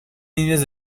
líneas